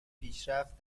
پیشرفت